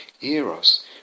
eros